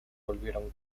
volvieron